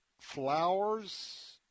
flowers